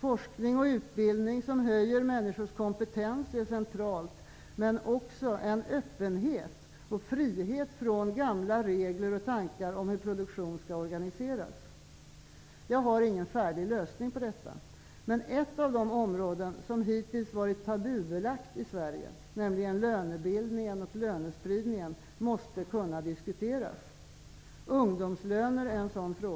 Forskning och utbildning som höjer människors kompetens är centralt men också en öppenhet och frihet från gamla regler och tankar om hur produktion skall organiseras. Jag har ingen färdig lösning på detta. Men ett av de områden som hittills har varit tabubelagt i Sverige, nämligen lönebildningen och lönespridningen, måste kunna diskuteras. Ungdomslöner är en sådan fråga.